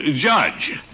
Judge